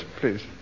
please